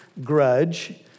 grudge